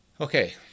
Okay